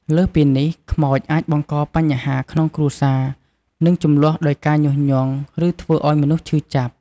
លើសពីនេះ ខ្មោចអាចបង្កបញ្ហាក្នុងគ្រួសារ និងជម្លោះដោយការញុះញង់ ឬធ្វើឱ្យមនុស្សឈឺចាប់។